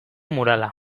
murala